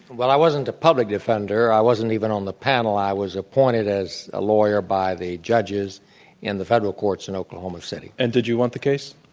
well, i wasn't the public defender i wasn't even on the panel i was appointed as lawyer by the judges in the federal courts in oklahoma city. and did you want the case?